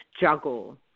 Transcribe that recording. juggle